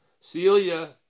Celia